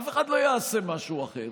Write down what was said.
אף אחד לא יעשה משהו אחר.